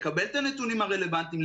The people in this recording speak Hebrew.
לקבל את הנתונים הרלוונטיים,